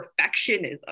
perfectionism